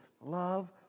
love